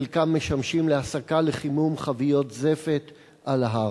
חלקם משמשים להסקה, לחימום חביות זפת על ההר,